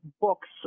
books